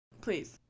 Please